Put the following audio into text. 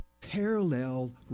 parallel